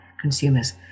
consumers